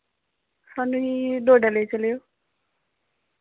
स्हानू ई डोडा लेई चलेओ